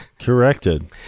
corrected